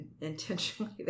intentionally